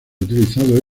utilizado